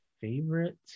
favorite